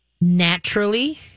Naturally